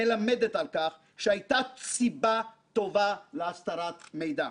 מלמדת על כך שהייתה סיבה טובה להסתרת המידע.